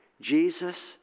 Jesus